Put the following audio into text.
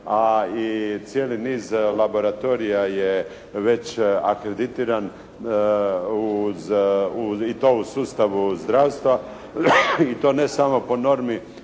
a i cijeli niz laboratorija je već akreditiran i to u sustavu zdravstva i to ne samo po normi